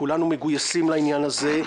כולנו מגויסים לעניין הזה.